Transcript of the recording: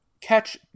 catch